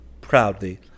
proudly